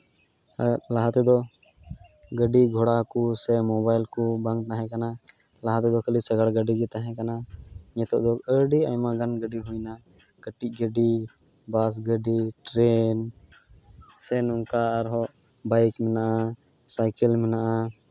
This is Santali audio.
ᱟᱨ ᱞᱟᱦᱟ ᱛᱮᱫᱚ ᱜᱟᱹᱰᱤ ᱜᱷᱚᱲᱟ ᱠᱚ ᱥᱮ ᱢᱳᱵᱟᱭᱤᱞ ᱠᱚ ᱵᱟᱝ ᱛᱟᱦᱮᱸ ᱠᱟᱱᱟ ᱞᱟᱦᱟ ᱛᱮᱫᱚ ᱠᱷᱟᱹᱞᱤ ᱥᱟᱸᱜᱟᱲ ᱜᱟᱹᱰᱤ ᱜᱮ ᱛᱟᱦᱮᱸ ᱠᱟᱱᱟ ᱱᱤᱛᱳᱜ ᱫᱚ ᱟᱹᱰᱤ ᱟᱭᱢᱟᱜᱟᱱ ᱜᱟᱹᱰᱤ ᱦᱩᱭᱱᱟ ᱠᱟᱹᱴᱤᱡ ᱜᱟᱹᱰᱤ ᱵᱟᱥ ᱜᱟᱹᱰᱤ ᱥᱮ ᱴᱨᱮᱹᱱ ᱥᱮ ᱱᱚᱝᱠᱟ ᱟᱨ ᱦᱚᱸ ᱵᱟᱭᱤᱠ ᱢᱮᱱᱟᱜᱼᱟ ᱥᱟᱭᱠᱮᱞ ᱢᱮᱱᱟᱜᱼᱟ